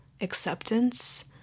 acceptance